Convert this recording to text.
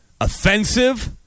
offensive